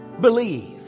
believe